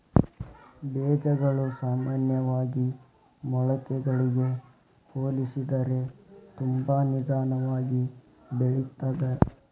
ಬೇಜಗಳು ಸಾಮಾನ್ಯವಾಗಿ ಮೊಳಕೆಗಳಿಗೆ ಹೋಲಿಸಿದರೆ ತುಂಬಾ ನಿಧಾನವಾಗಿ ಬೆಳಿತ್ತದ